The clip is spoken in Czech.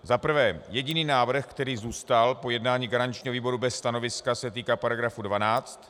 Za prvé jediný návrh, který zůstal po jednání garančního výboru bez stanoviska, se týká § 12.